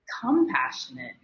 compassionate